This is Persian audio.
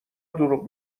دروغ